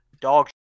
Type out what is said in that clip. Dog